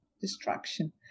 destruction